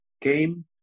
came